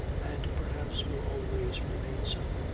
and perhaps will always remain so.